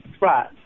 Right